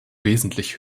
wesentlich